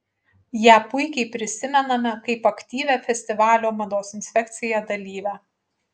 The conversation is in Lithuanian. ją puikiai prisimename kaip aktyvią festivalio mados infekcija dalyvę